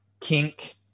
Kink